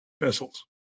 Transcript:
vessels